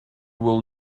will